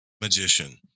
magician